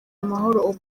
amahoro